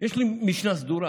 יש לי משנה סדורה